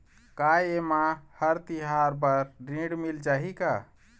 का ये मा हर तिहार बर ऋण मिल जाही का?